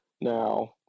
Now